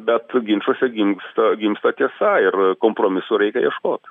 bet ginčuose gimsta gimsta tiesa ir kompromisų reikia ieškot